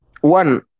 one